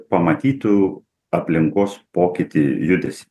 pamatytų aplinkos pokytį judesį